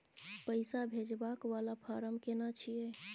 पैसा भेजबाक वाला फारम केना छिए?